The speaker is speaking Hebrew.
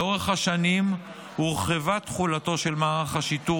לאורך השנים הורחבה תחולתו של מערך השיטור